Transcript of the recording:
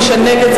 מי שנגד,